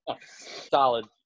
Solid